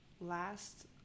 last